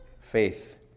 faith